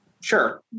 Sure